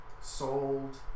sold